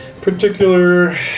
particular